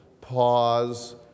pause